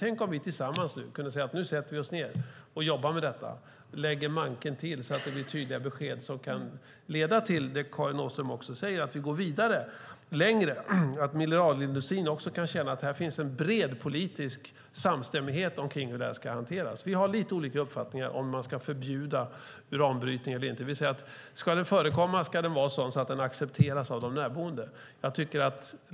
Tänk om vi tillsammans kunde säga att nu sätter vi oss ned och jobbar med detta och lägger manken till så att det blir tydliga besked som kan leda till det som Karin Åström pratar om, nämligen att vi går vidare och kommer längre så att mineralindustrin kan känna att här finns en bred samstämmighet om hur det här ska hanteras. Vi har lite olika uppfattningar när det gäller om man ska förbjuda uranbrytning eller inte. Vi säger att ska den förekomma ska den vara sådan att den accepteras av de närboende.